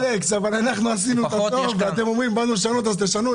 אתם אומרים שבאתם לשנות אז תשנו,